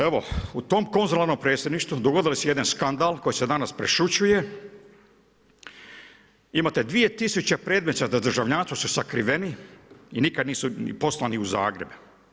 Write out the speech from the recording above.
Evo u tom konzularnom predstavništvu dogodio se jedan skandal koji se danas prešućuje, imate 2000 predmeta za državljanstvo su sakriveni i nikad nisu ni poslani u Zagreb.